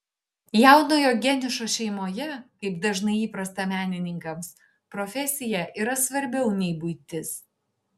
jaunojo geniušo šeimoje kaip dažnai įprasta menininkams profesija yra svarbiau nei buitis